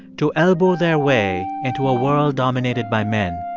to elbow their way into a world dominated by men.